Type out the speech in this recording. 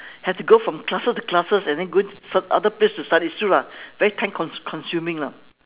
had to go from classes to classes and then go for other place to study it's true lah very time con~ consuming lah